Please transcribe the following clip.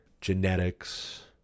genetics